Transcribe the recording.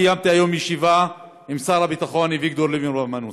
קיימתי היום ישיבה עם שר הביטחון אביגדור ליברמן,